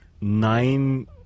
nine